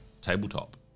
tabletop